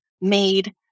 made